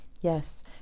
Yes